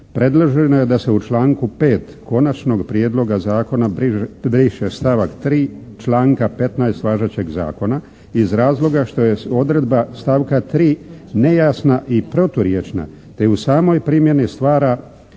Predloženo je da se u članku 5. Konačnog prijedloga zakona briše stavak 3. članka 15. važećeg zakona iz razloga što je odredba stavka 3. nejasna i proturječna te u samoj primjeni stvara